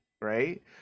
right